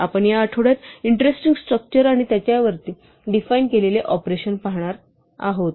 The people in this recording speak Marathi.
आपण या आठवड्यात इंटरेस्टिंग स्ट्रक्चर आणि त्यांच्यावर डिफाइन केलेले ऑपरेशन पाहणार आहोत